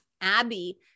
Abby